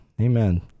Amen